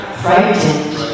frightened